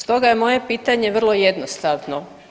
Stoga je moje pitanje vrlo jednostavno.